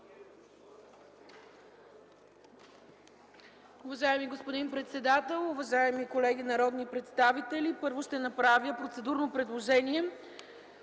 Уважаеми господин председател, уважаеми колеги народни представители! Аз ще направя две процедурни предложения.